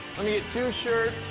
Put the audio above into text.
let me get two shirts,